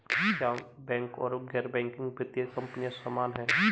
क्या बैंक और गैर बैंकिंग वित्तीय कंपनियां समान हैं?